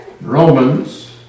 Romans